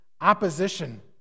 opposition